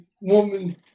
woman